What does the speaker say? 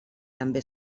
també